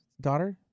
Daughter